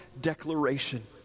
declaration